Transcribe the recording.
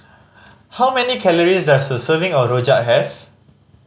how many calories does a serving of rojak have